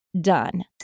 done